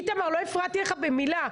איתמר, לא הפרעתי לך במילה.